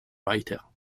weiter